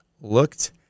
looked